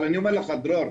אבל אני אומר לך דרור,